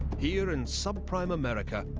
here in sub-prime america,